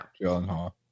Gyllenhaal